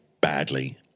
badly